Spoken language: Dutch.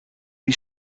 die